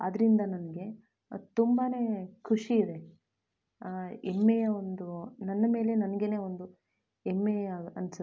ಆದ್ದರಿಂದ ನನಗೆ ತುಂಬಾ ಖುಷಿಯಿದೆ ಹೆಮ್ಮೆಯ ಒಂದು ನನ್ನ ಮೇಲೆ ನನ್ಗೇ ಒಂದು ಹೆಮ್ಮೆಯ ಅನ್ನಿಸುತ್ತೆ